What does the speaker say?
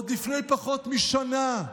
עוד לפני פחות משנה.